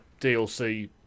DLC